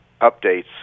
updates